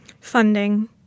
Funding